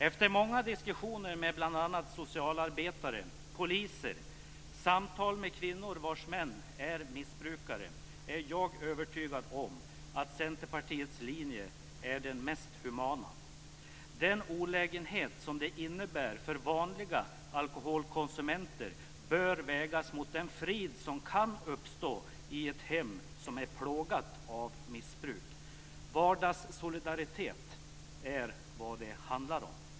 Efter många diskussioner med bl.a. socialarbetare och poliser och efter samtal med kvinnor vars män är missbrukare är jag övertygad om att Centerpartiets linje är den mest humana. Den olägenhet som det innebär för vanliga alkoholkonsumenter bör vägas mot den frid som kan uppstå i ett hem som är plågat av missbruk. Vardagssolidaritet är vad det handlar om!